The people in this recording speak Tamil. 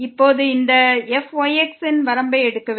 இப்போது இந்த fyx ன் வரம்பை எடுக்க வேண்டும்